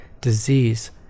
disease